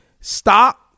stop